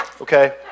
okay